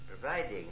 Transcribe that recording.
providing